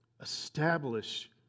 establish